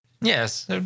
Yes